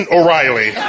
O'Reilly